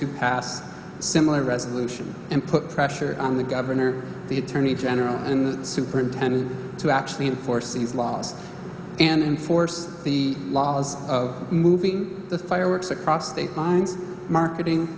to pass similar resolutions and put pressure on the governor the attorney general and the superintendent to actually enforce these laws and enforce the laws of moving the fireworks across state lines marketing